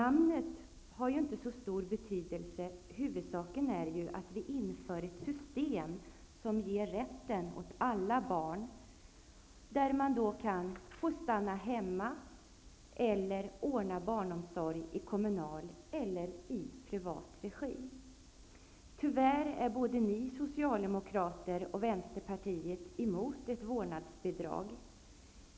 Namnet har inte så stor betydelse. Huvudsaken är att vi inför ett system som ger denna rätt åt alla barn. Man får välja om man vill stanna hemma eller ordna barnomsorg i kommunal resp. privat regi. Tyvärr är ni Socialdemokrater och Vänsterpartiet emot ett vårdnadsbidrag.